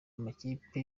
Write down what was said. amakipe